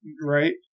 Right